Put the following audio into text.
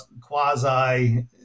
quasi